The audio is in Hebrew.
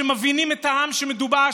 שמבינים את העם המדובר,